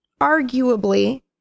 arguably